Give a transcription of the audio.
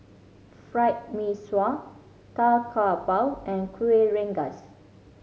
Fried Mee Sua Tau Kwa Pau and Kueh Rengas